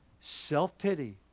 Self-pity